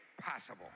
possible